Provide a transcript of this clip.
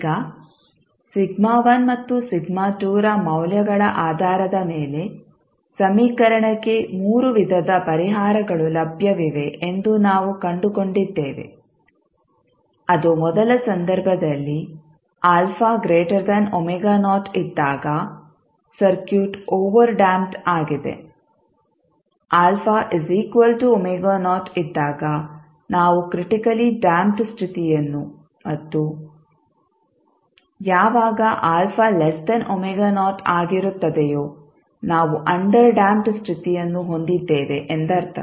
ಈಗ ಮತ್ತು ರ ಮೌಲ್ಯಗಳ ಆಧಾರದ ಮೇಲೆ ಸಮೀಕರಣಕ್ಕೆ 3 ವಿಧದ ಪರಿಹಾರಗಳು ಲಭ್ಯವಿವೆ ಎಂದು ನಾವು ಕಂಡುಕೊಂಡಿದ್ದೇವೆ ಅದು ಮೊದಲ ಸಂದರ್ಭದಲ್ಲಿ ಇದ್ದಾಗ ಸರ್ಕ್ಯೂಟ್ ಓವರ್ಡ್ಯಾಂಪ್ಡ್ ಆಗಿದೆ ಇದ್ದಾಗ ನಾವು ಕ್ರಿಟಿಕಲಿ ಡ್ಯಾಂಪ್ಡ್ ಸ್ಥಿತಿಯನ್ನು ಮತ್ತು ಯಾವಾಗ ಆಗಿರುತ್ತದೆಯೋ ನಾವು ಅಂಡರ್ ಡ್ಯಾಂಪ್ಡ್ ಸ್ಥಿತಿಯನ್ನು ಹೊಂದಿದ್ದೇವೆ ಎಂದರ್ಥ